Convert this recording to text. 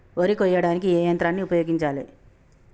వరి కొయ్యడానికి ఏ యంత్రాన్ని ఉపయోగించాలే?